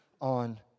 on